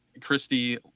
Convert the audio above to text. Christy